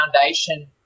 foundation